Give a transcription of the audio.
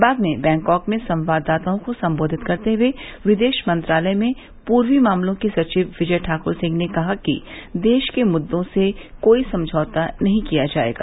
बाद में बैंकॉक में संवाददाताओं को संबोधित करते हुए विदेश मंत्रालय में पूर्वी मामलो की सचिव विजय ठाकुर सिंह ने कहा कि देश के मुख्य मुद्दों से कोई समझौता नहीं किया जाएगा